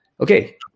okay